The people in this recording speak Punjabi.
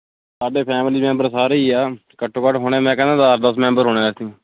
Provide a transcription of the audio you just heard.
ਸਾਡੇ ਫੈਮਿਲੀ ਮੈਂਬਰ ਸਾਰੇ ਹੀ ਆ ਘੱਟੋਂ ਘੱਟ ਹੋਣੇ ਮੈਂ ਕਹਿੰਦਾ ਅੱਠ ਦਸ ਮੈਂਬਰ ਹੋਣੇ ਅਸੀਂ